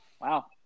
Wow